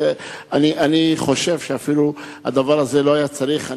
אני חושב שאפילו הדבר הזה לא היה צריך,